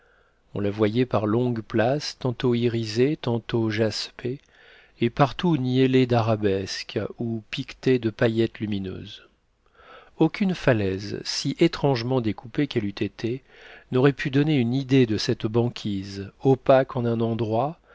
on la voyait par longues places tantôt irisée tantôt jaspée et partout niellée d'arabesques ou piquetée de paillettes lumineuses aucune falaise si étrangement découpée qu'elle eût été n'aurait pu donner une idée de cette banquise opaque en un endroit